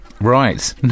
Right